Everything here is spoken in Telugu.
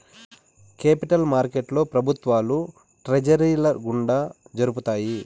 కేపిటల్ మార్కెట్లో ప్రభుత్వాలు ట్రెజరీల గుండా జరుపుతాయి